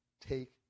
Take